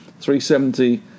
$370